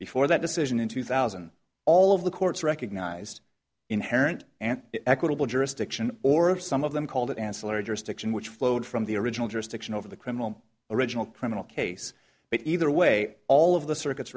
before that decision in two thousand all of the courts recognized inherent and equitable jurisdiction or if some of them called it ancillary jurisdiction which flowed from the original jurisdiction over the criminal original criminal case but either way all of the circuits